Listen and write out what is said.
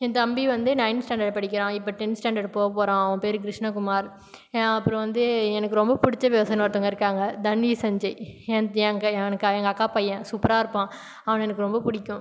என் தம்பி வந்து ninth standard படிக்கிறான் இப்போது டென்த் ஸ்டேண்டர்ட் போக போகிறான் அவன் பேர் கிருஷ்ணகுமார் அப்புறம் வந்து எனக்கு ரொம்ப பிடிச்ச பெர்சன் ஒருத்தங்க இருக்காங்க தரணிசஞ்செய் எங் எங்கள் எனக்கு எங்கள் அக்கா பையன் சூப்பராக இருப்பான் அவனை எனக்கு ரொம்ப பிடிக்கும்